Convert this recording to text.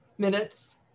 minutes